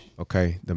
Okay